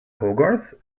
hogarth